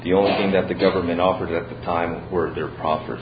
the only thing that the government offered at the time were their proper